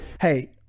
hey